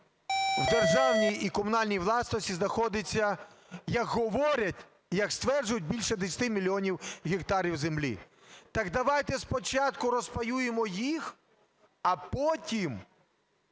в державній і комунальній власності знаходиться, як говорять і як стверджують, більше 10 мільйонів гектарів землі. Так давайте спочатку розпаюємо їх, а потім